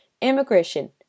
Immigration